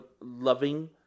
loving